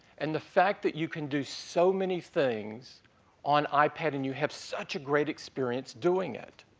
and the fact that you can do so many things on ipad and you have such a great experience doing it.